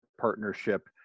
partnership